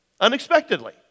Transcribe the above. unexpectedly